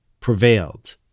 prevailed